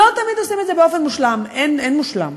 לא תמיד הם עושים את זה באופן מושלם, אין מושלם,